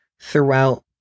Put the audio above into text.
throughout